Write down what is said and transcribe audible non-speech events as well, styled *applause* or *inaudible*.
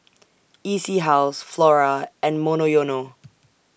E C House Flora and Monoyono *noise*